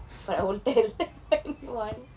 but I won't tell anyone